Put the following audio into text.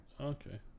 Okay